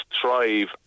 thrive